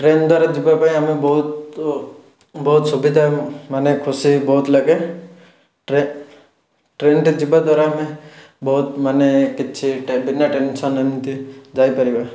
train ଦ୍ଵାରା ଯିବାପାଇଁ ଆମେ ବହୁତ ବହୁତ ସୁବିଧା ମାନେ ଖୁସି ବହୁତ ଲାଗେ ଟ୍ରେ ଟ୍ରେନ୍ରେ ଯିବା ଦ୍ଵାରା ଆମେ ବହୁତ ମାନେ କିଛି ଟେନ୍ ବିନା ଟେନ୍ସନ୍ ଏମତି ଯାଇପାରିବା